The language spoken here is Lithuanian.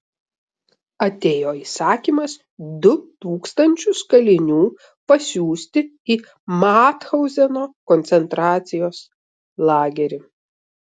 atėjo įsakymas du tūkstančius kalinių pasiųsti į mathauzeno koncentracijos lagerį